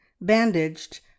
bandaged